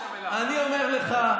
אני אומר לך,